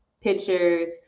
pictures